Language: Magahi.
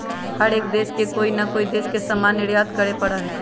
हर एक देश के कोई ना कोई देश से सामान निर्यात करे पड़ा हई